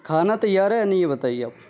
کھانا تیار ہے یا نہیں یہ بتائیے آپ